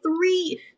three